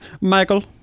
Michael